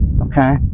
okay